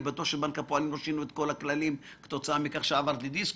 אני בטוח שבנק הפועלים לא שינו את כל הכללים כתוצאה מכך שעברת לדיסקונט.